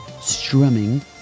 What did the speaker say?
Strumming